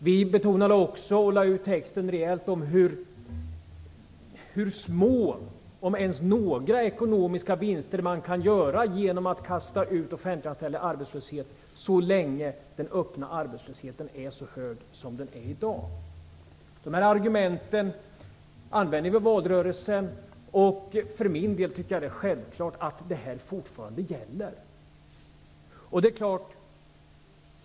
Vi betonade också och lade ut texten rejält om hur små ekonomiska vinster, om ens några, man kan göra genom att kasta ut offentliganställda i arbetslöshet, så länge den öppna arbetslösheten är så hög som den är i dag. De här argumenten använde vi i valrörelsen, och för min del är det självklart att detta fortfarande gäller.